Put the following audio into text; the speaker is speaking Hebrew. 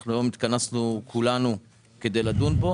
שאנחנו היום התכנסנו כולנו לדון בו.